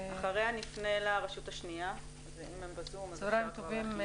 צהריים טובים.